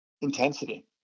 Intensity